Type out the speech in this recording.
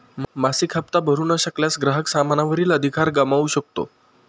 मासिक हप्ता भरू न शकल्यास, ग्राहक सामाना वरील अधिकार गमावू शकतो